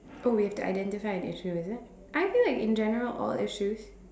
oh we have to identify an issue is it I feel like in general all issues